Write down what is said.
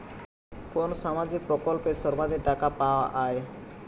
কোন সামাজিক প্রকল্পে সর্বাধিক টাকা পাওয়া য়ায়?